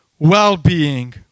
well-being